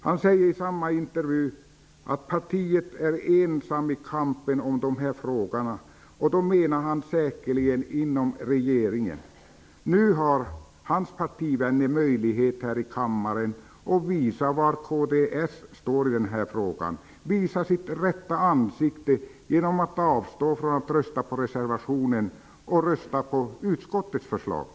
Han säger i samma intervju att partiet har varit ensamt i kampen om de här frågorna, och då menar han säkerligen inom regeringen. Nu har hans partivänner möjlighet här i kammaren att visa var de står i denna fråga och visa sitt rätta ansikte genom att avstå från att rösta på reservationen och i stället rösta på utskottets förslag.